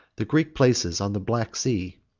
the greek places on the black sea,